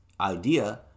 idea